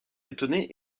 étonné